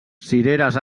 cireres